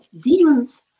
demons